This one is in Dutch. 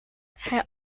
hij